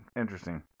Interesting